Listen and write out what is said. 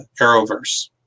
Arrowverse